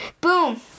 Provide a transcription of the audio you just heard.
Boom